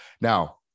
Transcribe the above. Now